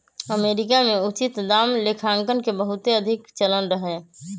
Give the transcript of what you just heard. America में उचित दाम लेखांकन के बहुते अधिक चलन रहै